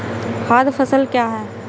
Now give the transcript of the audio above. खाद्य फसल क्या है?